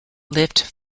lift